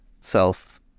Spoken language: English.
self